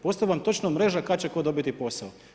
Postoji vam točno mreža kad će tko dobiti posao.